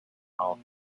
all